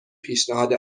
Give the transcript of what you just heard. پیشنهاد